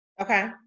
Okay